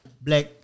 black